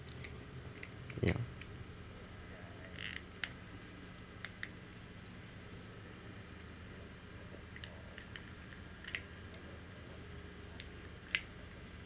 ya